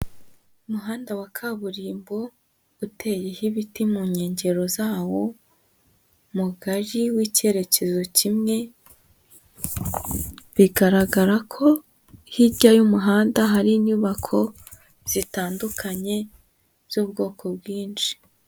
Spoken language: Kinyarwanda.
Umuhanda wa kaburimbo uteyeho ibiti mu nkengero zawo, mugari w'icyerekezo kimwe, bigaragara ko hirya y'umuhanda hari inyubako zitandukanye z'ubwoko bwinshi.